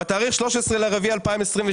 בתאריך 13.4.2022,